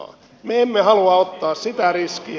me emme halua ottaa sitä riskiä